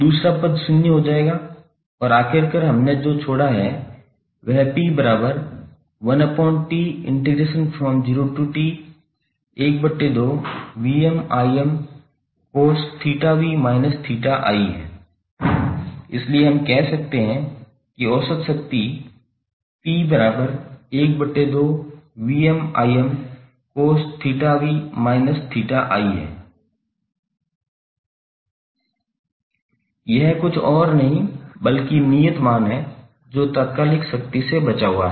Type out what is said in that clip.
दूसरा पद शून्य हो जाएगा और आखिरकार हमने जो छोड़ा है वह 𝑃1𝑇12cos𝜃𝑣−𝜃𝑖 है इसलिए हम कह सकते हैं कि औसत शक्ति 𝑃12cos𝜃𝑣−𝜃𝑖 है यह कुछ और नहीं बल्कि स्थिर मान है जो तात्कालिक शक्ति से बचा हुआ है